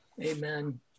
amen